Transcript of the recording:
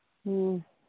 ꯎꯝ